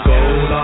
Gold